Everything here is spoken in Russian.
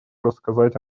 рассказать